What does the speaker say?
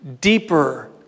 deeper